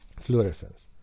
fluorescence